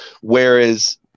whereas